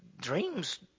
dreams